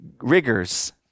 rigors